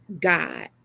God